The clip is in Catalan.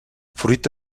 fruit